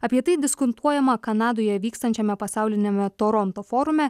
apie tai diskutuojama kanadoje vykstančiame pasauliniame toronto forume